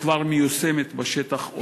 כבר מיושמת בשטח,